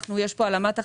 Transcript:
כי יש פה העלמת הכנסות,